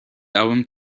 album